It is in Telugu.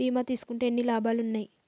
బీమా తీసుకుంటే ఎన్ని లాభాలు ఉన్నాయి?